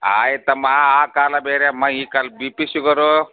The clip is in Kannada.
ಆಯಿತಮ್ಮ ಆ ಕಾಲ ಬೇರೆ ಅಮ್ಮ ಈ ಕಾಲ ಬಿ ಪಿ ಶುಗರೂ